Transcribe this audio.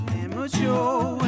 immature